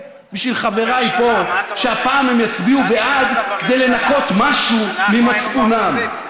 אתה היית בממשלה, אנחנו היינו באופוזיציה.